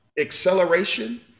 acceleration